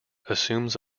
assumes